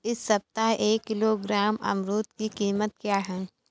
इस सप्ताह एक किलोग्राम अमरूद की कीमत क्या है?